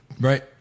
Right